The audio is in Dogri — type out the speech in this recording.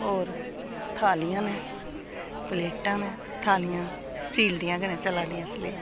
होर थालियां न प्लेटां न थालियां स्टील दियां गै न चला दियां इसलै